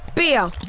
beer!